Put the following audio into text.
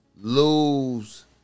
lose